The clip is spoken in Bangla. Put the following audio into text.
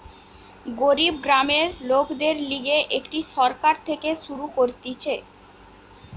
গরিব গ্রামের লোকদের লিগে এটি সরকার থেকে শুরু করতিছে